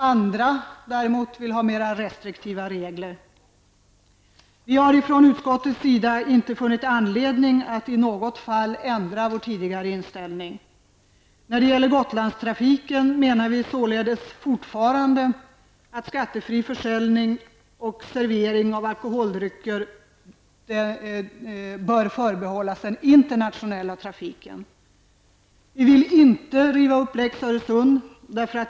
Andra vill däremot ha mer restriktiva regler. Utskottsmajoriteten har inte funnit anledning att i något fall ändra sin tidigare inställning. Vi vill inte riva upp lex Öresund.